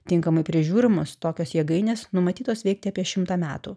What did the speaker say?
tinkamai prižiūrimos tokios jėgainės numatytos veikti apie šimtą metų